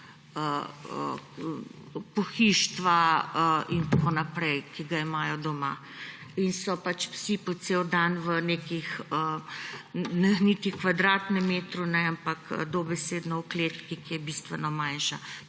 pohištva, ki ga imajo doma. In so psi po cel dan na niti kvadratnem metru ne, ampak dobesedno v kletki, ki je bistveno manjša.